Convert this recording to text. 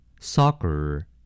soccer